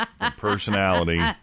personality